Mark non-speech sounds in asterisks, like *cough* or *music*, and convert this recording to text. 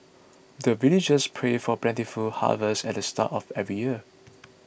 *noise* the villagers pray for plentiful harvest at the start of every year